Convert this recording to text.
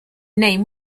name